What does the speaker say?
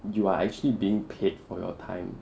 you are actually being paid for your time